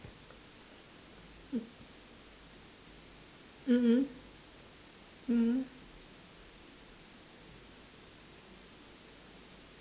mm mm mm mm